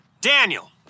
Daniel